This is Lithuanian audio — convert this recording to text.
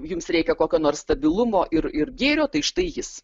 jums reikia kokio nors stabilumo ir ir gėrio tai štai jis